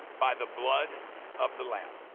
by the blood of the lamb.